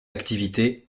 activité